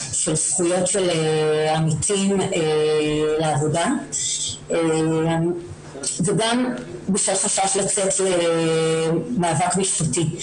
של זכויות של עמיתים לעבודה\ וגם בשל חשש לצאת למאבק משפטי.